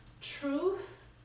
truth